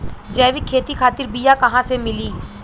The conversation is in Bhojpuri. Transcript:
जैविक खेती खातिर बीया कहाँसे मिली?